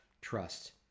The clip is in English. trust